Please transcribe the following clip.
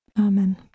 Amen